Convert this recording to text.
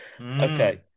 Okay